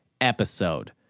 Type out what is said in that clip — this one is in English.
episode